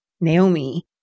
Naomi